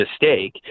mistake